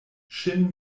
ŝin